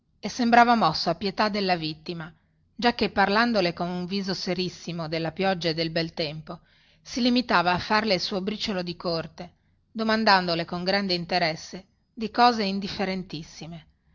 e sembrava mosso a pietà della vittima giacchè parlandole con un viso serissimo della pioggia e del bel tempo si limitava a farle il suo briciolo di corte domandandole con grande interesse di cose indifferentissime se